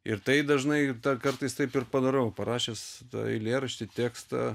ir tai dažnai ir dar kartais taip ir padarau parašęs eilėraštį tekstą